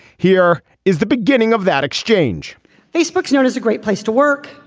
here is the beginning of that exchange facebook is known as a great place to work.